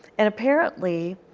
and, apparently,